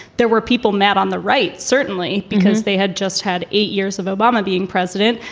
there were people mad on the right, certainly because they had just had eight years of obama being president.